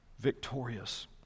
victorious